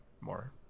more